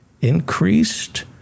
increased